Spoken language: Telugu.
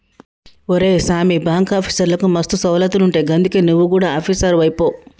ఒరే సామీ, బాంకాఫీసర్లకు మస్తు సౌలతులుంటయ్ గందుకే నువు గుడ ఆపీసరువైపో